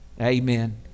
Amen